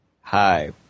Hi